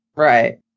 Right